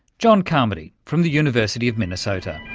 john carmody from the university of minnesota.